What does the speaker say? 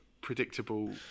predictable